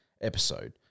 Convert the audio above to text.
episode